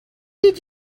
did